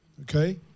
okay